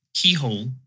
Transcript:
keyhole